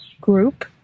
group